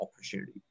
opportunity